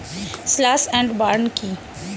Slash and burn কি?